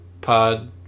pod